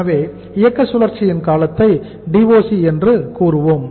எனவே இயக்க சுழற்சியின் காலத்தை DOC என்று கூறுவோம்